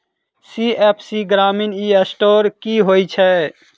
CSC ग्रामीण e store की होइ छै?